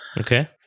Okay